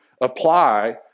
apply